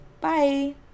Bye